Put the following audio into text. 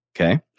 okay